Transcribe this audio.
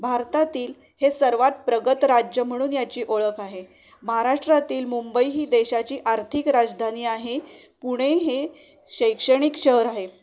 भारतातील हे सर्वात प्रगत राज्य म्हणून याची ओळख आहे महाराष्ट्रातील मुंबई ही देशाची आर्थिक राजधानी आहे पुणे हे शैक्षणिक शहर आहे